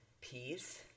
peace